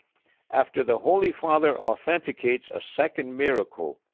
after the holy father authenticates a second miracle,